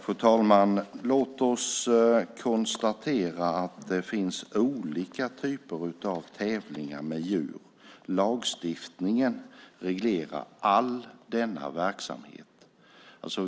Fru talman! Låt oss konstatera att det finns olika typer av tävlingar med djur. Lagstiftningen reglerar all denna verksamhet.